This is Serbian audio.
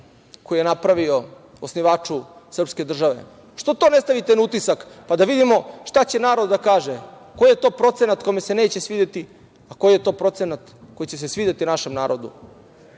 koji je napravio osnivaču srpske države. Što to ne stavite na utisak, pa da vidimo šta će narod da kaže. Koji je to procenat kome se neće svideti, a koji je to procenat koji će se svideti našem narodu. Ili